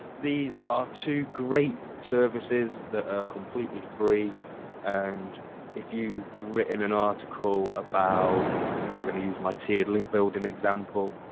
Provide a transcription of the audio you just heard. these are two great services that are completely free and if you've written an article about i'm going to use my tiered link building example,